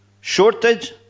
shortage